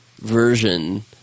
version